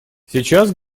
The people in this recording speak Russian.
сейчас